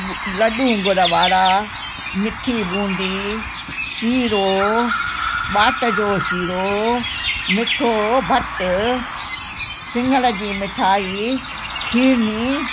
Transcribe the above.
लॾूं उंगर वारा मिठी बूंदी सीरो बाट जो सीरो मीठो भट सिङर जी मिठाई खीरनी